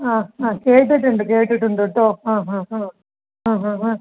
ആ ആ കേട്ടിട്ടുണ്ട് കേട്ടിട്ടുണ്ട് കേട്ടോ ആ ആ ഓ ആ ആ ആ